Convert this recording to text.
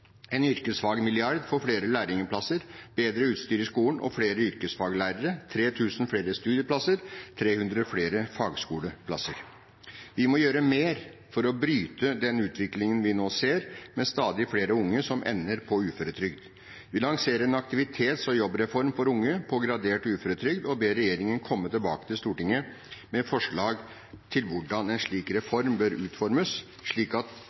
en yrkesfagmilliard for flere lærlingplasser, bedre utstyr i skolen, flere yrkesfaglærere, 3 000 flere studieplasser og 300 flere fagskoleplasser. Vi må gjøre mer for å bryte den utviklingen vi nå ser, med stadig flere unge som ender på uføretrygd. Vi lanserer en aktivitets- og jobbreform for unge på gradert uføretrygd og ber regjeringen komme tilbake til Stortinget med forslag til hvordan en slik reform bør utformes slik at